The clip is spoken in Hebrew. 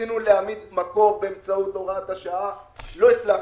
ניסינו להעמיד מקור באמצעות הוראת השעה לא הצלחנו.